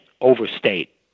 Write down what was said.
overstate